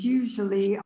usually